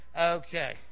Okay